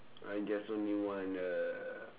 I just only want a